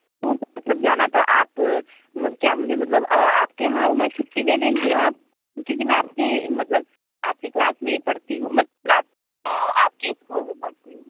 tour पर मतलब जाना था आप क्या मुझे मतलब आप के यहाँ आऊँ मैं छुट्टी दे देंगी मैम आप क्योंकि मैं आपकी मतलब आपकी क्लास में ही पढ़ती हूँ मतलब क्लास आपके इस्कूल में पढ़ती हूँ